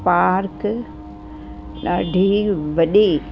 park ॾाढी वॾी